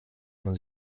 man